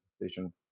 decision